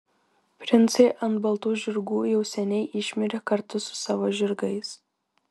princai ant baltų žirgų jau seniai išmirė kartu su savo žirgais